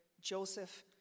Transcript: Joseph